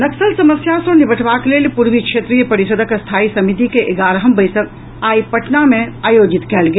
नक्सल समस्या सँ निबटबाक लेल पूर्वी क्षेत्रीय परिषदक स्थायी समिति के एगारहम विशेष बैसक आई पटना मे आयोजित कयल गेल